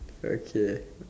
okay